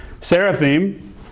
Seraphim